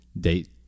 date